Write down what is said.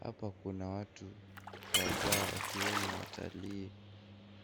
Hapa kuna watu kadhaa wakiwemo watali